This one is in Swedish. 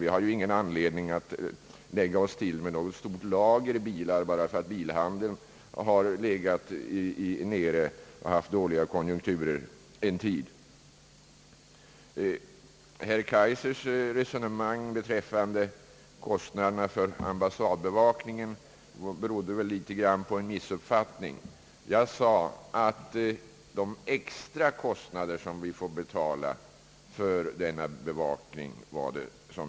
Vi har ingen anledning att lägga oss till med något stort lager av bilar bara därför att bilhandeln haft dåliga konjunkturer en tid. Herr Kaijsers resonemang beträffande kostnaderna för ambassadbevakningen torde i viss mån grunda sig på en missuppfattning. Jag gjorde endast en jämförelse med de extra kostnader som vi får betala för denna bevakning.